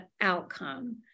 outcome